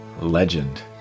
legend